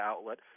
outlet